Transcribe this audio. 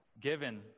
given